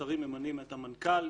השרים ממנים את המנכ"ל,